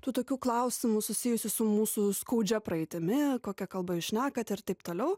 tų tokių klausimų susijusių su mūsų skaudžia praeitimi kokia kalba jūs šnekat ir taip toliau